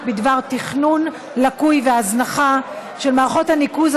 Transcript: בדבר תכנון לקוי והזנחה של מערכות הניקוז,